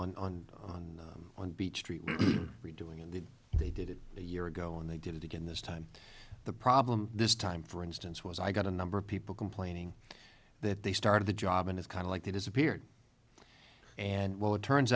on and on and on beach street redoing and they did it a year ago and they did it again this time the problem this time for instance was i got a number of people complaining that they started the job and it's kind of like they disappeared and well it turns